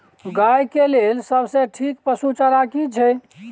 गाय के लेल सबसे ठीक पसु चारा की छै?